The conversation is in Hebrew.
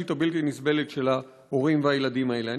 האנושית הבלתי-נסבלת של ההורים והילדים האלה.